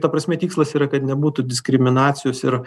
ta prasme tikslas yra kad nebūtų diskriminacijos ir